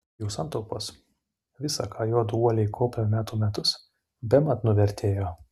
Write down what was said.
jų santaupos visa ką juodu uoliai kaupė metų metus bemat nuvertėjo